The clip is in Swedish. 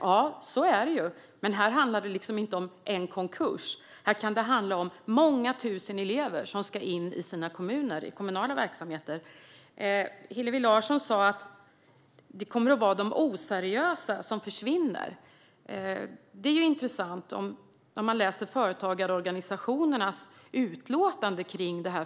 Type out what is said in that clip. Ja, så är det, men i det här fallet handlar det inte om en konkurs utan om många tusen elever som ska in i kommunala verksamheter. Hillevi Larsson sa att det kommer att vara de oseriösa som försvinner. Man kan titta på företagsorganisationernas utlåtande om förslaget.